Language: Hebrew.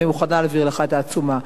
ואני מוכנה להעביר לך את העצומה.